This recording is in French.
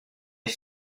est